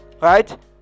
right